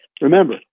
Remember